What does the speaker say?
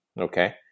okay